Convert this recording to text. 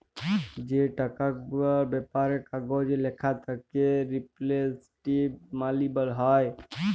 যে টাকা গুলার ব্যাপারে কাগজে ল্যাখা থ্যাকে রিপ্রেসেলট্যাটিভ মালি হ্যয়